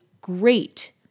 great